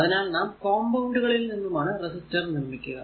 അതിനാൽ നാം കോമ്പൌണ്ട്കളിൽ നിന്നാണ് റെസിസ്റ്റർ നിർമിക്കുക